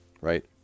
right